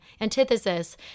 antithesis